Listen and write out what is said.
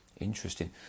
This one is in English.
Interesting